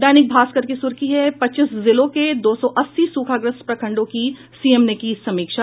दैनिक भास्कर की सुर्खी है पच्चीस जिलों के दो सौ अस्सी सूखाग्रस्त प्रखंडों की सीएम ने की समीक्षा